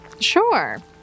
Sure